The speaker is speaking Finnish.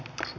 kiitos